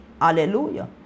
Hallelujah